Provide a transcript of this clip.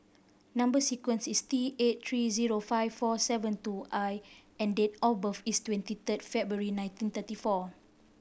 number sequence is T eight three zero five four seven two I and date of birth is twenty third February nineteen thirty four